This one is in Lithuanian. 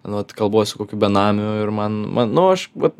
nu vat kalbuos su kokiu benamiu ir man man nu aš vat